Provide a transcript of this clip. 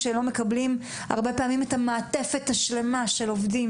כשהרבה פעמים הם לא מקבלים את המעטפת השלמה של עובדים